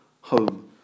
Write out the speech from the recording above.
home